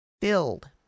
filled